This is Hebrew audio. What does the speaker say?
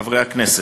חברי הכנסת,